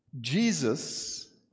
jesus